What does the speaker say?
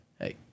hey